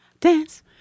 dance